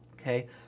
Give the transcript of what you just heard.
Okay